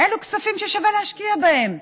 אלו כספים ששווה להשקיע בהם,